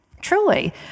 Truly